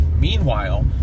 meanwhile